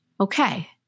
okay